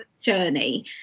journey